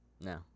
No